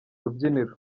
rubyiniro